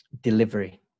delivery